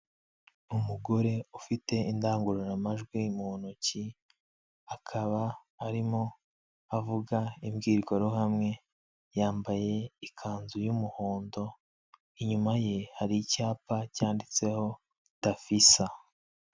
Umugore ufite indangururamajwi mu ntoki, akaba arimo avuga imbwirwaruhame, yambaye ikanzu y'umuhondo inyuma ye hari icyapa cyanditseho dafisa.